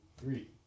three